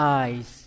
eyes